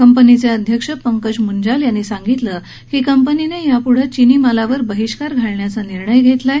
कंपनीचे अध्यक्ष पंकज मंजाल यांनी सांगितल की कंपनीने यापुढ चिनी मालावर बहिष्कार घालण्याचा निर्णय घेतला आहे